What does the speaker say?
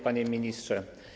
Panie Ministrze!